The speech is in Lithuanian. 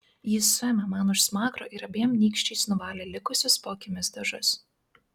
jis suėmė man už smakro ir abiem nykščiais nuvalė likusius po akimis dažus